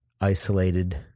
isolated